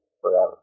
Forever